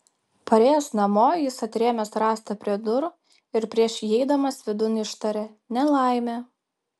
parėjęs namo jis atrėmė rąstą prie durų ir prieš įeidamas vidun ištarė nelaimė